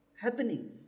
happening